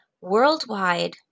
Worldwide